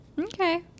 Okay